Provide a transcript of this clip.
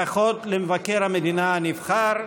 ברכות למבקר המדינה הנבחר.